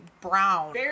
brown